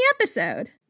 episode